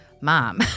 Mom